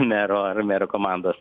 mero ar mero komandos